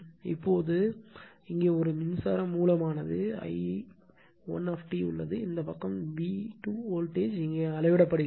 இப்போது இங்கே ஒரு மின்சாரம் மூலமானது I1 உள்ளது இந்த பக்கம் v 2 வோல்டேஜ் இங்கே அளவிடப்படுகிறது